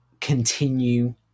continue